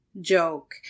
joke